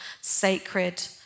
sacred